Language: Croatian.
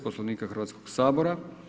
Poslovnika Hrvatskog sabora.